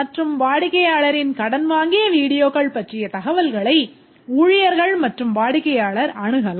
மற்றும் வாடிக்கையாளரின் கடன் வாங்கிய வீடியோக்கள் பற்றிய தகவல்களை ஊழியர்கள் மற்றும் வாடிக்கையாளர் அணுகலாம்